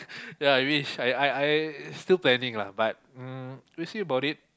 ya I wish I I I still planning lah but um we'll see about it